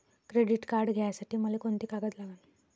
Credit card घ्यासाठी मले कोंते कागद लागन?